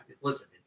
listen